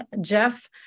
Jeff